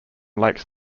lakes